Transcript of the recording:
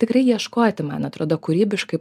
tikrai ieškoti man atrodo kūrybiškai